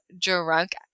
drunk